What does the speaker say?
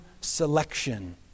selection